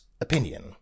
opinion